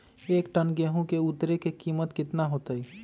एक टन गेंहू के उतरे के कीमत कितना होतई?